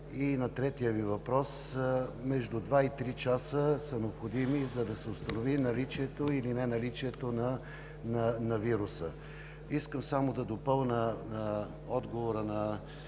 На третия Ви въпрос – между два и три часа са необходими, за да се установи наличието или неналичието на вируса. Искам само да допълня отговора на